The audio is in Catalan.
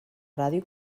ràdio